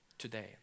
today